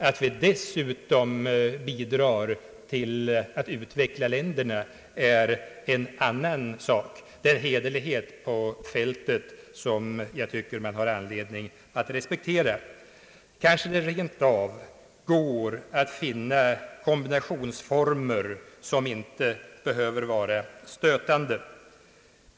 Att vi dessutom bidrar till att utveckla länderna är en annan sak. — Det är en hederlighet ute på fältet, som jag tycker att man har anledning att respektera. Kanske det rent av går att finna kombinationsformer som inte behöver vara stötande.